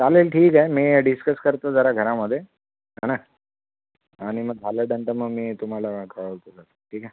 चालेल ठीक आहे मी डिस्कस करतो जरा घरामध्ये हां ना आणि मग झाल्यानंतर मग मी तुम्हाला कॉल करेल ठीक आहे